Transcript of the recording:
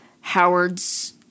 Howard's